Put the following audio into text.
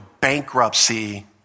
bankruptcy